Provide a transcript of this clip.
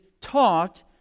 taught